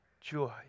joy